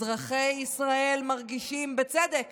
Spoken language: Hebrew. אזרחי ישראל מרגישים בצדק